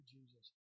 Jesus